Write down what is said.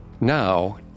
Now